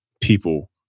people